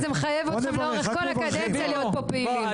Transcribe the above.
זה מחייב אתכם לאורך כל הקדנציה להיות פה פעילים.